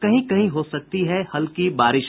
कहीं कहीं हो सकती है हल्की बारिश